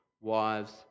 wives